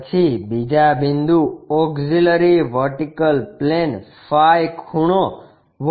પછી બીજા બિંદુ ઓક્ષીલરી વર્ટિકલ પ્લેન ફાઇ ખૂણો v